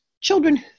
children